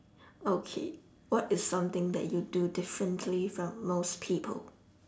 okay what is something that you do differently from most people